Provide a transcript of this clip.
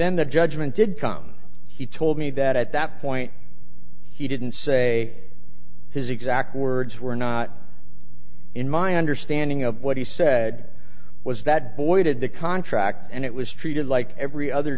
then the judgment did come he told me that at that point he didn't say his exact words were not in my understanding of what he said was that voided the contract and it was treated like every other